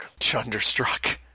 Chunderstruck